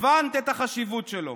הבנת את החשיבות שלו,